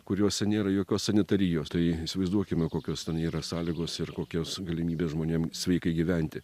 kuriuose nėra jokios sanitarijos tai įsivaizduokime kokios ten yra sąlygos ir kokios galimybės žmonėm sveikai gyventi